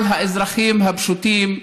על האזרחים הפשוטים,